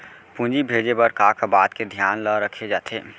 पूंजी भेजे बर का का बात के धियान ल रखे जाथे?